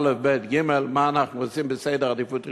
א', ב', ג' מה אנחנו עושים בסדר עדיפות ראשון,